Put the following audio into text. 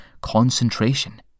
concentration